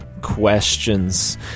questions